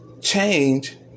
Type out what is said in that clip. change